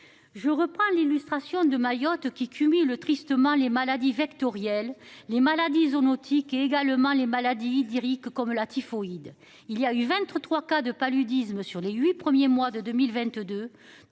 Je reprends l'illustration de Mayotte qui cumulent tristement les maladies vectorielles. Les maladies zoonotique également les maladies diri que comme la typhoïde il y a eu 23 cas de paludisme sur les 8 premiers mois de 2022,